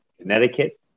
Connecticut